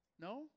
No